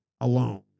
alone